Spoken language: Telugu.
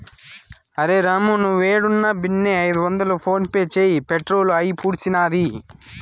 అరె రామూ, నీవేడున్నా బిన్నే ఐదొందలు ఫోన్పే చేయి, పెట్రోలు అయిపూడ్సినాది